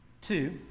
Two